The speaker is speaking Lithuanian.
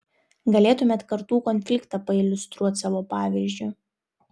galėtumėt kartų konfliktą pailiustruot savo pavyzdžiu